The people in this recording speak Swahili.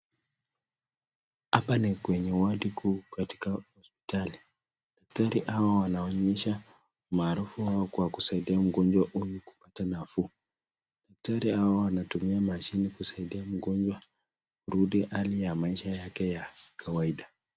Hapa ni kwenye wadi kuu katika hospitali, daktari hao wanaonyesha umaarufu wao kwa kusaidia mgonjwa huyu kupata nafuu, daktari hawa wanatumia mashine ili kusaidia mgonjwa arudi hali yake ya maisha ya kawaida.